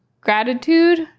gratitude